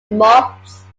mops